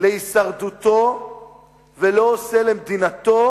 להישרדותו ולא עושה למדינתו,